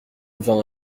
vingt